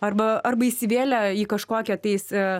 arba arba įsivėlę į kažkokią tais